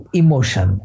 emotion